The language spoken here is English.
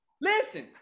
Listen